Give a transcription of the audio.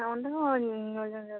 ᱚᱰᱮ ᱦᱚᱸ ᱧᱮ ᱧᱮᱞ ᱡᱟᱭᱜᱟ ᱫᱚ ᱢᱮᱱᱟᱜ ᱜᱮᱭᱟ